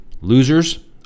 Losers